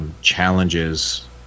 Challenges